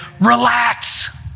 relax